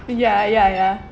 ya ya ya